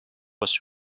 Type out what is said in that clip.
was